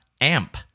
Amp